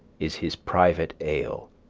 is his private ail.